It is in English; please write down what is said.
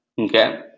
Okay